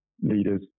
leaders